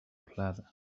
plaza